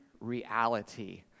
reality